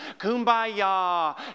kumbaya